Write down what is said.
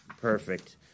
Perfect